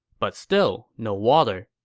but still no water.